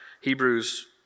Hebrews